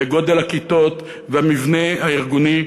וגודל הכיתות והמבנה הארגוני,